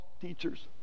teachers